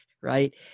right